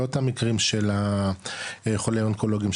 לא את החולים האונקולוגים,